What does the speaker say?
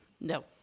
No